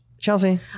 chelsea